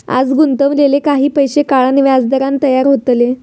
आज गुंतवलेले पैशे काही काळान व्याजदरान तयार होतले